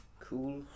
Cool